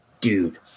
dude